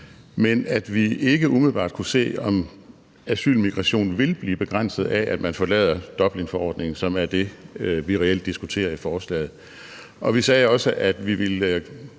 men at vi ikke umiddelbart kunne se, om asylmigration vil blive begrænset af, at man forlader Dublinforordningen, som er det i forslaget, vi reelt diskuterer. Vi sagde også, at vi ville